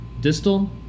distal